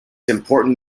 important